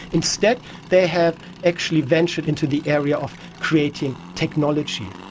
instead they have actually ventured into the area of creating technology,